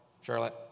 Charlotte